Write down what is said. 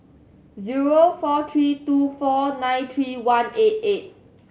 zero four three two four nine three one eight eight